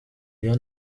iyo